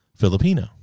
filipino